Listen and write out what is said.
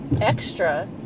extra